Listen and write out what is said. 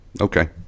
Okay